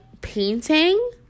painting